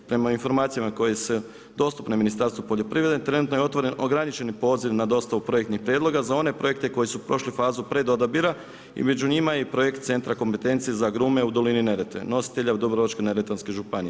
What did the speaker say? Prema informacijama koje su dostupne Ministarstvu poljoprivrede, trenutno je otvoren, ograničeni poziv na dostavu projektnih prijedloga za one projekte koji su prošli fazu pred odabira i među njima je i projekt Centra kompetencije za agrume u dolini Neretve nositelja u Dubrovačko-neretvanskoj županiji.